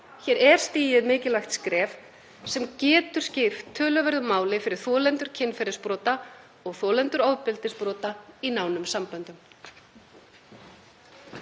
Hér er stigið mikilvægt skref sem getur skipt töluverðu máli fyrir þolendur kynferðisbrota og þolendur ofbeldisbrota í nánum samböndum.